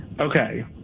Okay